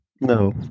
No